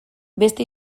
beste